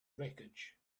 wreckage